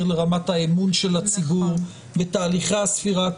לרמת האמון של הציבור בתהליכי הספירה.